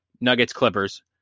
Nuggets-Clippers